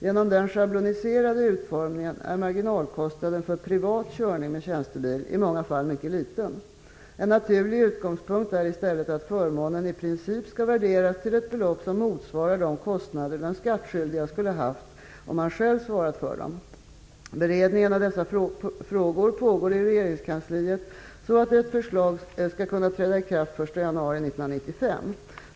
Genom den schabloniserade utformningen är marginalkostnaden för privat körning med tjänstebil i många fall mycket liten. En naturlig utgångspunkt är istället att förmånen i princip skall värderas till ett belopp som motsvarar de kostnader den skatteskyldige skulle ha haft om han själv svarat för dem. Beredningen av dessa frågor pågår i regeringskansliet så att ett förslag skall kunna träda i kraft den 1 januari 1995.